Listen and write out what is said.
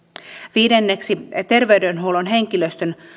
viidenneksi terveydenhuollon henkilöstön